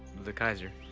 the kaiser,